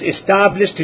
established